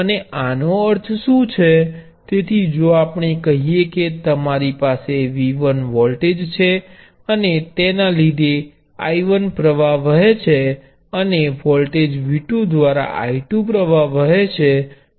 અને આનો અર્થ શું છે તેથી જો આપણે કહીએ કે તમારી પાસે V1 વોલ્ટ છે અને જેના લીધે I1 પ્ર્વાહ વહે છે અને વોલ્ટેજ V2 દ્વારા I2 પ્રવાહ વહે છે